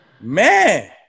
Man